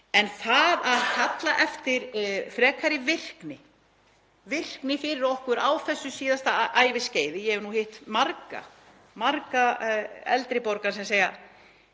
En það að kalla eftir frekari virkni fyrir okkur á þessu síðasta æviskeiði — ég hef hitt marga eldri borgara sem segja: